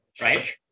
Right